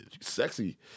sexy